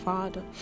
Father